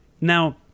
Now